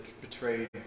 betrayed